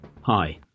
Hi